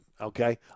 okay